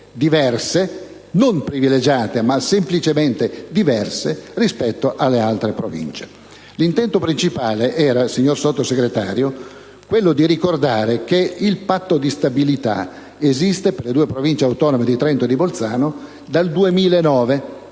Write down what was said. non privilegiate, ma semplicemente diverse - rispetto alle altre Province. L'intento principale, signor Sottosegretario, era quello di ricordare che il Patto di stabilità esiste per le due Province autonome di Trento e di Bolzano dal 2009,